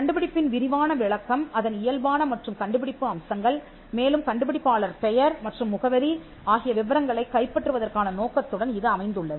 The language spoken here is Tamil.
கண்டுபிடிப்பின் விரிவான விளக்கம் அதன் இயல்பான மற்றும் கண்டுபிடிப்பு அம்சங்கள் மேலும் கண்டுபிடிப்பாளர் பெயர் மற்றும் முகவரி ஆகிய விபரங்களைக் கைப்பற்றுவதற்கான நோக்கத்துடன் இது அமைந்துள்ளது